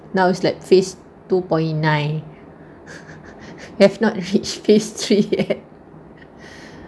now it's like face two point nine have not reach case three yet